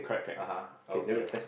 (uh huh) okay